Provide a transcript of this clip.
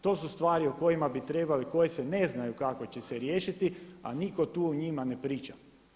To su stvari o kojima bi trebali, koje se ne znaju kako će se riješiti, a nitko tu o njima ne priča.